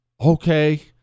Okay